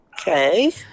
Okay